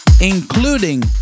including